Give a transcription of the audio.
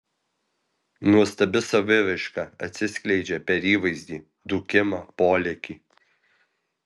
nuostabi saviraiška atsiskleidžia per įvaizdį dūkimą polėkį